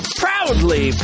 proudly